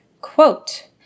Quote